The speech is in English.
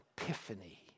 epiphany